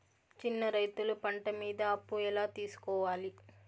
చిన్న రైతులు పంట మీద అప్పు ఎలా తీసుకోవాలి?